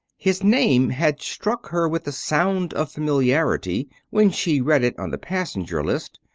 his name had struck her with the sound of familiarity when she read it on the passenger list.